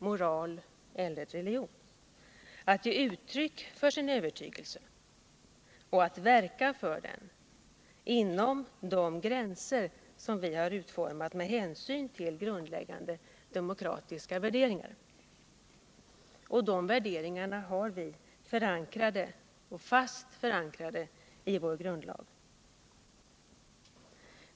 moral eller religion — att ge uttryck för sin övertygelse och att verka för den inom de gränser som vi utstakat med hänsyn till grundläggande demokratiska värderingar. Dessa rättigheter är fast förankrade i vår grundlag.